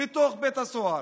לתוך בית הסוהר.